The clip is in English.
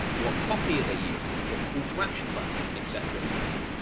what copy are they using? what call to action buttons? etc. etc.